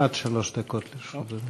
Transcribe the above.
עד שלוש דקות לרשות אדוני.